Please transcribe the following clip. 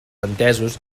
entesos